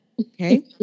Okay